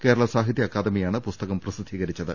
കേരള സാഹിത്യ അക്കാദമിയാണ് പുസ്തകം പ്രസിദ്ധീകരി ച്ചത്